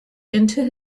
into